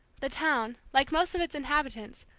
the town, like most of its inhabitants,